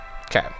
Okay